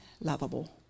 lovable